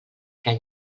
que